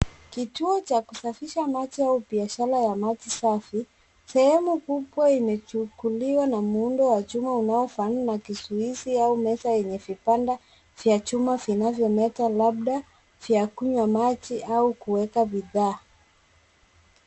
Kituo cha kusafisha maji au biashara ya maji safi, sehemu kubwa imechukuliwa na muundo wa chuma unaofanana na kizuizi au meza yenye vibanda vya chuma vinavyometa labda vya kunywa maji, au kuweka bidhaa.